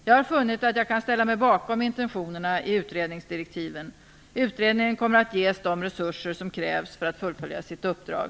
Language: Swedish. Jag har funnit att jag kan ställa mig bakom intentionerna i utredningsdirektiven. Utredningen kommer att ges de resurser som krävs för att den skall kunna fullfölja sitt uppdrag.